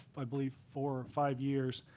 i believe, four or five years.